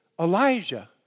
Elijah